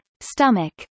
Stomach